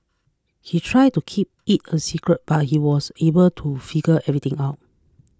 he tried to keep it a secret but he was able to figure everything out